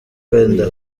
wenda